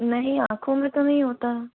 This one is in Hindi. नहीं आँखों में तो नहीं होता